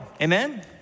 Amen